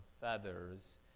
feathers